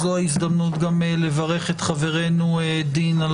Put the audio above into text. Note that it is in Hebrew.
זו ההזדמנות גם לברך את חברנו דין, על